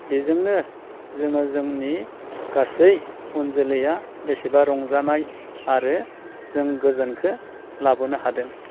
बेजोंनो जोङो जोंनि गासै उनजोलैआ बेसेबा रंजानाय आरो जों गोजोनखो लाबोनो हादों